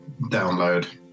download